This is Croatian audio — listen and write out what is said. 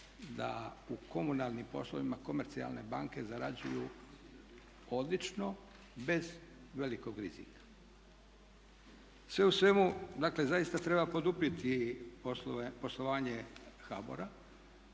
da u komunalnim poslovima komercijalne banke zarađuju odlično bez velikog rizika. Sve u svemu dakle zaista treba poduprijeti poslovanje HBOR-a,